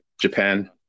Japan